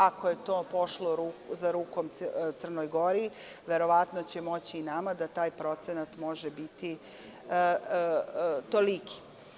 Ako je to pošlo za rukom Crnoj Gori, verovatno će moći i nama, da taj procenat može biti toliki.